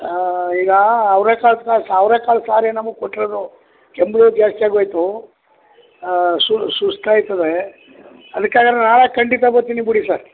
ಹಾಂ ಈಗ ಅವ್ರೆಕಾಳು ಸಾರು ಅವ್ರೆಕಾಳು ಸಾರೇ ನಮಗೆ ಕೊಟ್ಟಿರೋದು ಕೆಮ್ಮು ಜಾಸ್ತಿಯಾಗೋಯಿತು ಹಾಂ ಸುಸ್ತು ಆಗ್ತದೆ ಅದಕ್ಕೆ ಹಾಗಾದ್ರ್ ನಾಳೆ ಖಂಡಿತ ಬರ್ತೀನಿ ಬಿಡಿ ಸರ್